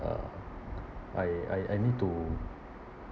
uh I I I need to